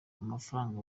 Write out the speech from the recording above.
amafaranga